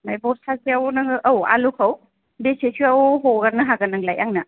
आमफ्राय बस्थासेआव नोङो औ आलुखौ बेसे सेयाव हगारनो हागोन नोंलाय आंनो